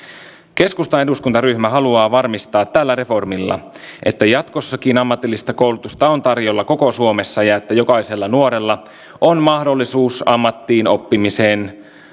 keskustan eduskuntaryhmä haluaa varmistaa tällä reformilla että jatkossakin ammatillista koulutusta on tarjolla koko suomessa ja että jokaisella nuorella on mahdollisuus ammattiin oppimiseen